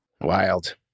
wild